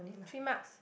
three marks